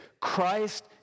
Christ